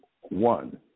one